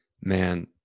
Man